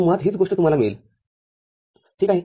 तर मुळात हीच गोष्ट तुम्हाला मिळेल ठीक आहे